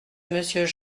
monsieur